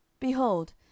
Behold